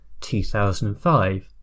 2005